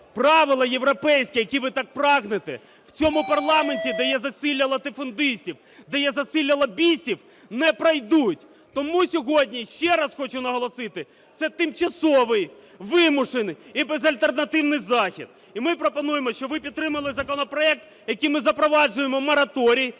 правила європейські, які ви так прагнете у цьому парламенті, де є засилля латифундистів, де є засилля лобістів, не пройдуть. Тому сьогодні ще раз хочу наголосити: це тимчасовий, вимушений і безальтернативний захід. І ми пропонуємо, щоб ви підтримали законопроект, яким ми запроваджуємо мораторій